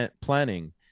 planning